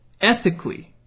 ethically